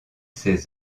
ses